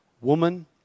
Woman